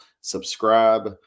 subscribe